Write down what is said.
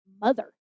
mother